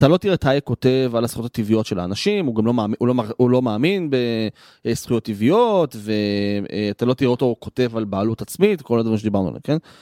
אתה לא תראה תאי כותב על הזכויות הטבעיות של האנשים, הוא גם לא מאמין בזכויות טבעיות ואתה לא תראה אותו כותב על בעלות עצמית, כל הדברים שדיברנו עליהם.